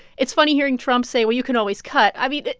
it's funny hearing trump say, well, you can always cut. i mean,